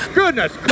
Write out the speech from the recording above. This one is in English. goodness